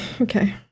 Okay